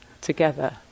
together